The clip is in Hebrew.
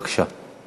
בבקשה.